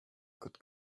could